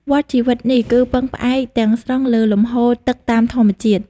វដ្តជីវិតនេះ គឺពឹងផ្អែកទាំងស្រុងលើលំហូរទឹកតាមធម្មជាតិ។